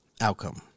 Outcome